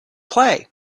play